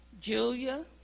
Julia